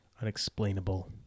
Unexplainable